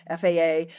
FAA